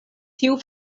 tiu